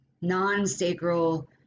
non-sacral